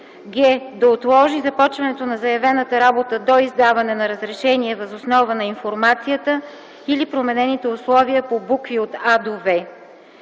г) да отложи започването на заявената работа до издаване на разрешение въз основа на информацията или променените условия по букви „а” –„в”;